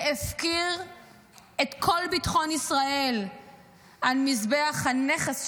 שהפקיר את כל ביטחון ישראל על מזבח הנכס שלו,